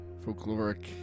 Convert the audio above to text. folkloric